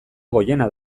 goiena